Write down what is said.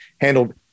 handled